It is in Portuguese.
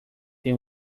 têm